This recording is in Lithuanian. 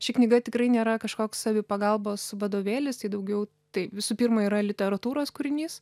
ši knyga tikrai nėra kažkoks savipagalbos vadovėlis tai daugiau tai visų pirma yra literatūros kūrinys